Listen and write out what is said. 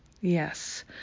Yes